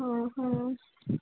हाँ हाँ